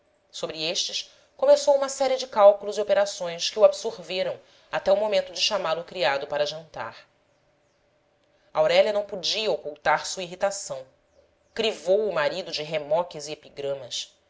sobre estes começou uma série de cálculos e operações que o absorveram até o momento de chamá-lo o criado para jantar aurélia não podia ocultar sua irritação crivou o marido de remoques e epigramas